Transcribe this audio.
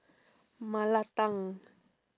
mala tang